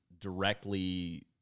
directly